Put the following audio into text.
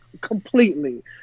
Completely